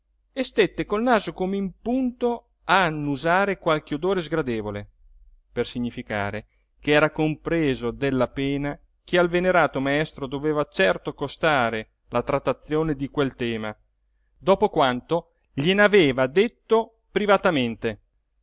stette col naso come in punto a annusar qualche odore sgradevole per significare che era compreso della pena che al venerato maestro doveva certo costare la trattazione di quel tema dopo quanto glien'aveva detto privatamente